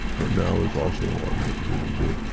but now is also an ordinary human being.